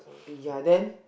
ya then